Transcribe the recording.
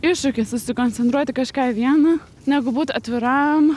iššūkis susikoncentruoti kažką į vieną negu būt atviram